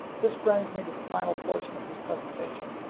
this brings me to the final portion of this presentation.